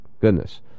goodness